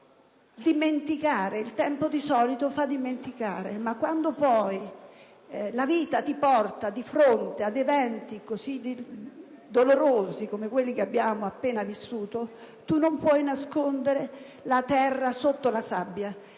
è conclusa. Il tempo di solito fa dimenticare, ma quando la vita ti mette di fronte ad eventi dolorosi, come quelli che abbiamo appena vissuto, non si può nascondere la testa sotto la sabbia